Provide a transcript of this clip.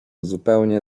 zupełnie